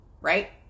right